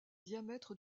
diamètre